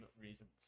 reasons